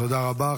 תודה רבה.